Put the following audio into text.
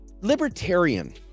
libertarian